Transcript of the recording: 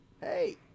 Hey